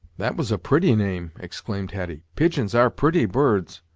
that was a pretty name! exclaimed hetty pigeons are pretty birds!